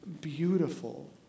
beautiful